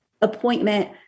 appointment